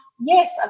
yes